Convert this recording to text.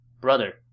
Brother